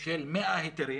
של 100 היתרים